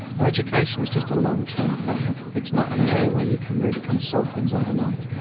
and education is just a long-term thing, it's not an area where you can really kind of solve things overnight.